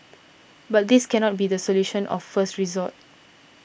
but this cannot be the solution of first resort